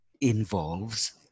involves